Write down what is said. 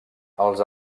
els